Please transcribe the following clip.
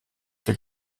der